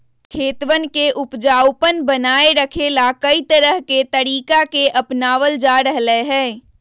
खेतवन के उपजाऊपन बनाए रखे ला, कई तरह के तरीका के अपनावल जा रहले है